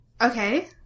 Okay